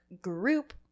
group